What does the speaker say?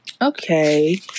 Okay